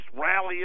rally